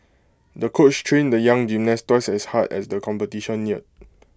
the coach trained the young gymnast twice as hard as the competition neared